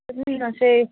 ꯌꯦꯡꯉꯁꯦ